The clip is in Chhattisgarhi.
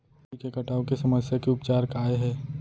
माटी के कटाव के समस्या के उपचार काय हे?